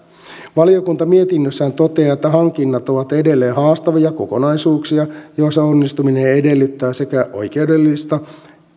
valiokunta mietinnössään toteaa että hankinnat ovat edelleen haastavia kokonaisuuksia joissa onnistuminen edellyttää sekä oikeudellista